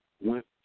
went